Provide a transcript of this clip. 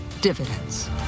dividends